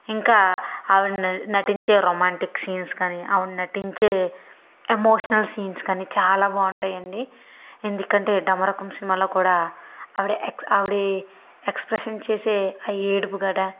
ఇంకా ఆవిడ న నటించే రొమాంటిక్ సీన్స్ గాని ఆవిడ నటించే ఎమోషనల్ సీన్స్ కానీ చాలా బాగుంటాయండి ఎందుకంటే డమరుకం సినిమాలో కూడా ఆవిడ ఎక్స్ ఆవిడి ఎక్స్ప్రసన్స్ చేసే ఆ ఏడుపు కూడా